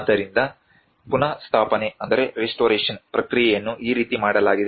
ಆದ್ದರಿಂದ ಪುನಃಸ್ಥಾಪನೆ ಪ್ರಕ್ರಿಯೆಯನ್ನು ಈ ರೀತಿ ಮಾಡಲಾಗಿದೆ